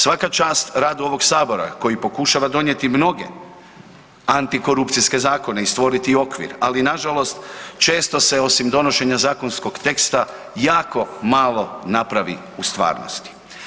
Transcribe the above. Svaka čast radu ovog sabora koji pokušava donijeti mnoge antikorupcijske zakone i stvoriti okvir, ali nažalost često se osim donošenja zakonskog teksta jako malo napravi u stvarnosti.